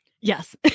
Yes